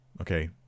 okay